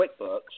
QuickBooks